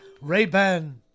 ray-ban